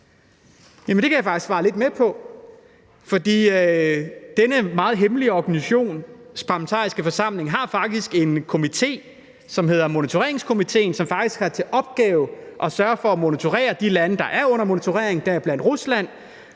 det kan jeg faktisk svare lidt på, fordi denne meget hemmelig organisations parlamentariske forsamling har faktisk en komité, som hedder monitoreringskomiteen, som faktisk har til opgave at sørge for at monitorere de lande, der er under monitorering, deriblandt Rusland.